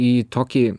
į tokį